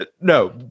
No